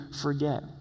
forget